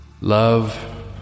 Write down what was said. Love